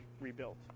rebuilt